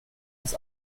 des